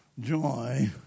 Joy